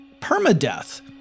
permadeath